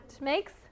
makes